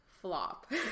flop